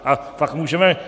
A pak můžeme...